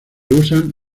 usan